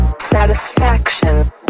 satisfaction